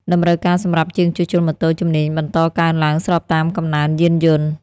តម្រូវការសម្រាប់ជាងជួសជុលម៉ូតូជំនាញបន្តកើនឡើងស្របតាមកំណើនយានយន្ត។